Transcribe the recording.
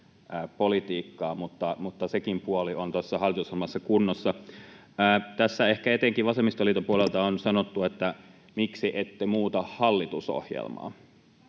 politiikkaa, niin sekin puoli on tässä hallitusohjelmassa kunnossa. Tässä ehkä etenkin vasemmistoliiton puolelta on sanottu, että miksi ette muuta hallitusohjelmaa.